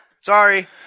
Sorry